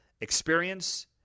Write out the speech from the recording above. experience